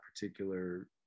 particular